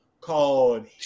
called